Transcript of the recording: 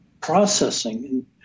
processing